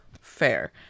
Fair